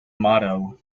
motto